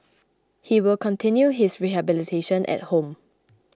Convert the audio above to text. he will continue his rehabilitation at home